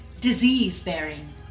Disease-bearing